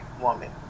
woman